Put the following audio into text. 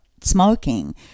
smoking